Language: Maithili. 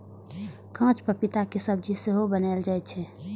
कांच पपीता के सब्जी सेहो बनाएल जाइ छै